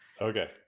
okay